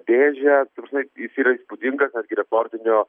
dėžę ta prasme jis yra įspūdingas nes yra rekordinio